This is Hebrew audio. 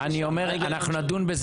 אנחנו נדון בזה